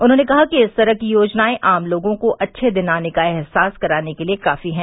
उन्होंने कहा कि इस तरह की योजनाएं आम लोगों को अच्छे दिन आने का एहसास कराने के लिए काफी हैं